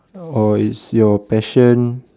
or it's your passion